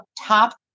top